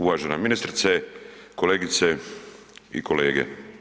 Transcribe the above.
Uvažena ministrice, kolegice i kolege.